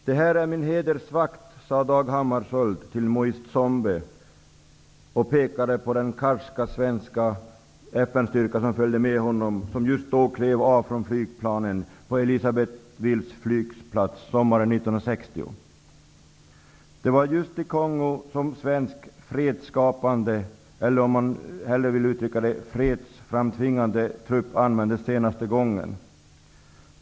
Det här är min hedersvakt, sade Dag Hammarskjöld till Mo se Tshombe och pekade på den karska svenska FN-styrka som följde med honom och som just då klev av flygplanen på Det var just i Kongo som svensk fredsskapande eller -- om man vill uttrycka sig så -- fredsframtvingande trupp användes senaste gången.